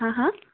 হা হা